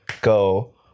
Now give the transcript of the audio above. go